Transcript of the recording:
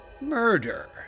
murder